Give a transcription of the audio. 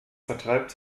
vertreibt